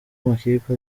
amakipe